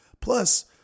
Plus